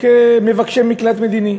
כמבקשי מקלט מדיני.